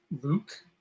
Luke